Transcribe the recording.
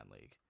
league